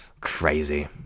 Crazy